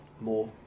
more